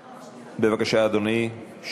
בבקשה, אדוני.